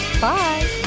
Bye